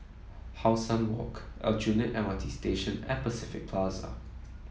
How Sun Walk Aljunied M R T Station and Pacific Plaza